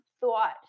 thought